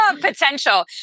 potential